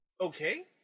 Okay